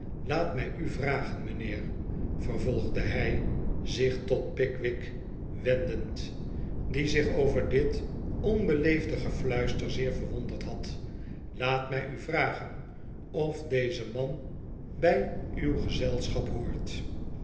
laat mij u vragen mijnheer vervolgde hij zich tot pickwick wendend die zich over dit onbeleefde gefluister zeer verwonderd had laat mij u vragen of deze man bij uw gezelschap hoort